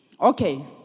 Okay